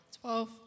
Twelve